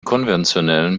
konventionellen